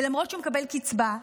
ולמרות שהוא מקבל קצבה,